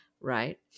right